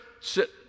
sit